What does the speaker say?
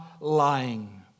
lying